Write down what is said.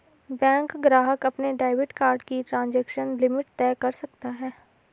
bank ग्राहक अपने debit card की ट्रांज़ैक्शन लिमिट तय कर सकता है